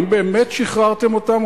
האם באמת שחררתם אותן,